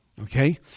okay